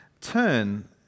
turn